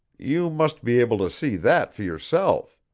you must be able to see that for yourself.